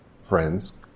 friends